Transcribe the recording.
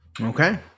Okay